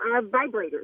vibrators